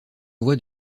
voies